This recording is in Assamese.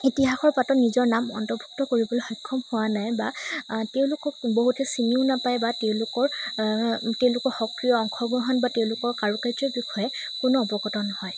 ইতিহাসৰ পাতত নিজৰ নাম অন্তৰ্ভুক্ত কৰিবলৈ সক্ষম হোৱা নাই বা তেওঁলোকক বহুতে চিনিও নাপায় বা তেওঁলোকৰ তেওঁলোকৰ সক্ৰিয় অংশগ্ৰহণ বা তেওঁলোকৰ কাৰুকাৰ্যৰ বিষয়ে কোনো অৱগত নহয়